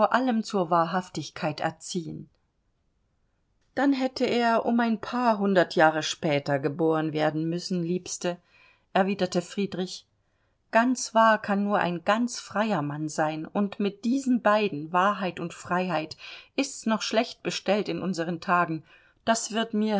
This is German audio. allem zur wahrhaftigkeit erziehen dann hätte er um ein paar hundert jahre später geboren werden müssen liebste erwiderte friedrich ganz wahr kann nur ein ganz freier mann sein und mit diesen beiden wahrheit und freiheit ist's noch schlecht bestellt in unseren tagen das wird mir